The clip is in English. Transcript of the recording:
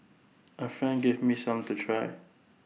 A friend gave me some to try